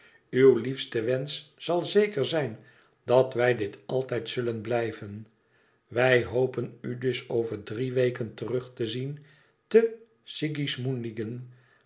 uw liefste wensch zal zeker zijn dat wij dit altijd zullen blijven wij hopen u dus over drie weken terug te zien te